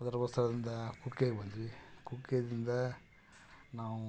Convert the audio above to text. ಧರ್ಮಸ್ಥಳದಿಂದ ಕುಕ್ಕೆಗೆ ಬಂದ್ವಿ ಕುಕ್ಕೆಯಿಂದ ನಾವು